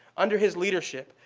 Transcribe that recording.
under his leadership,